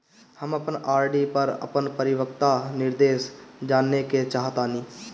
हम अपन आर.डी पर अपन परिपक्वता निर्देश जानेके चाहतानी